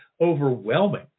overwhelming